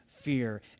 Fear